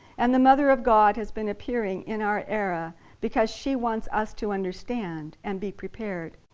and the mother of god has been appearing in our era because she wants us to understand and be prepared.